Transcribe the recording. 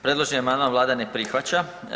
Predloženi amandman Vlada ne prihvaća.